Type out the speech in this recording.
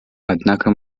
однако